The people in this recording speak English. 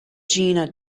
jena